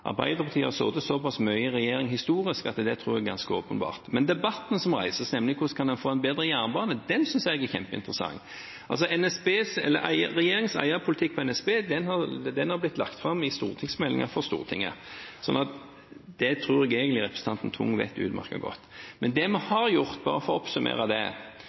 Arbeiderpartiet har historisk sittet såpass mye i regjering at jeg tror det er ganske åpenbart for dem. Men debatten som reises, nemlig om hvordan en kan få en bedre jernbane, synes jeg er kjempeinteressant. Regjeringens eierpolitikk for NSB har blitt lagt fram i stortingsmeldinger for Stortinget, så det tror jeg egentlig at representanten Tung vet utmerket godt. Men det vi har gjort, bare for å oppsummere det,